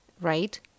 right